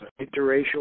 interracial